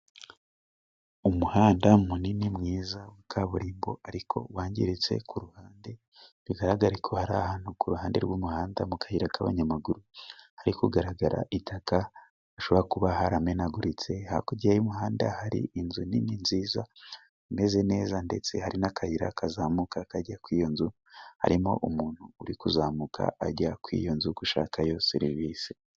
Umuhanda munini mwiza wa kaburimbo ariko wangiritse ku ruhande bigaragare ko hari ahantu ku ruhande rw' umuhanda mu kayira k'abanyamaguru hari kugaragara itaka hashobora kuba haramenaguritse , hakurya y'umuhanda hari inzu nini nziza imeze neza ndetse hari n'akayira kazamuka kajya kuri iyo nzu harimo umuntu uri kuzamuka ajya kuri iyo nzu gushaka serivise .